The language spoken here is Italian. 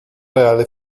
reale